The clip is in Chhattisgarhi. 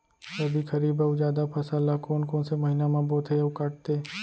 रबि, खरीफ अऊ जादा फसल ल कोन कोन से महीना म बोथे अऊ काटते?